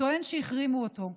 טוען שהחרימו אותו.